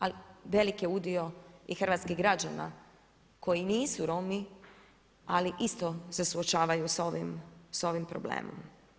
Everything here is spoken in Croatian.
Al velik je udio i hrvatskih građana koji nisu Romi, ali isto se suočavaju s ovim problemom.